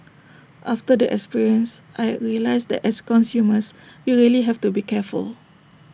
after the experience I realised that as consumers we really have to be careful